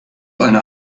eine